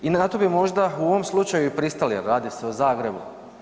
I na to bi možda u ovom slučaju i pristali jer, radi se o Zagrebu.